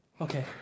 okay